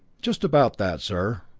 just about that, sir,